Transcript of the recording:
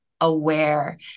aware